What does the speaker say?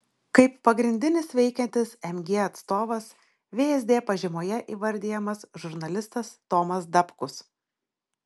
kaip pagrindinis veikiantis mg atstovas vsd pažymoje įvardijamas žurnalistas tomas dapkus